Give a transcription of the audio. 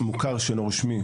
ב׳ - מוכר שאינו רשמי,